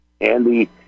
Andy